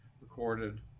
recorded